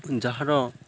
ଯାହାର